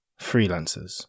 freelancers